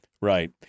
Right